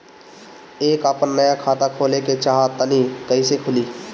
हम आपन नया खाता खोले के चाह तानि कइसे खुलि?